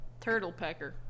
Turtlepecker